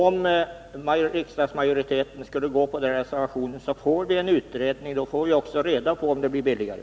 Om riksdagsmajoriteten skulle bifalla den reservationen får vi en utredning, och då får vi också reda på om det blir billigare.